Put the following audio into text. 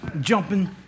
jumping